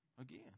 Again